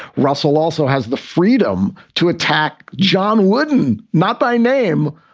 russell also has the freedom to attack john wooden, not by name,